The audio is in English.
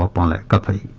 a company